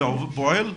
זה פועל?